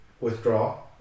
withdraw